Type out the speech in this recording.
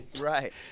Right